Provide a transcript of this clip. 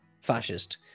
fascist